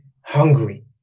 hungry